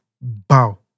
bow